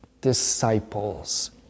disciples